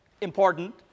important